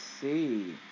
see